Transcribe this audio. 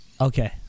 okay